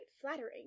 flattering